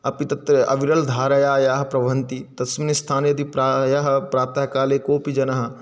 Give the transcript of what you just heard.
अपि तत्र अविरलधाराः प्रभवन्ति तस्मिन् स्थाने यदि प्रायः प्रातः काले कोपि जनाः